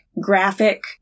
graphic